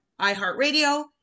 iHeartRadio